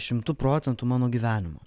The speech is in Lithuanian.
šimtu procentų mano gyvenimo